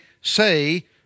say